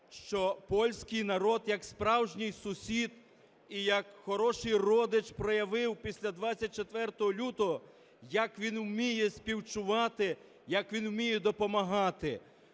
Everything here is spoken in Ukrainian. що польський народ як справжній сусід і як хороший родич проявив після 24 лютого, як він вміє співчувати, як він вміє допомагати.